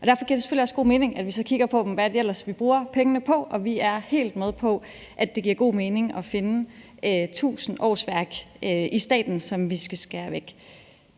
Derfor giver det selvfølgelig også god mening, at vi så kigger på, hvad det ellers er, vi bruger pengene på, og vi er helt med på, at det giver god mening at finde 1.000 årsværk i staten, som vi skal skære væk.